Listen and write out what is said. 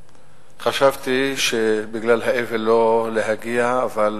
חשבתי לא להגיע בגלל האבל,